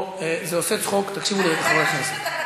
זה עושה צחוק, תקשיבו לי, חברי הכנסת.